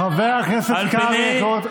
חבר הכנסת קרעי, נאמת.